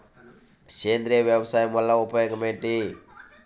సేంద్రీయ వ్యవసాయం వల్ల ఉపయోగం ఏమిటి?